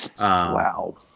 Wow